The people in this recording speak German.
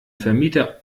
vermieter